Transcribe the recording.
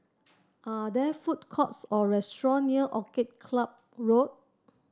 are there food courts or restaurant near Orchid Club Road